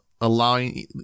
allowing